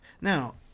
Now